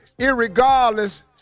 irregardless